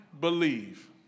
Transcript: believe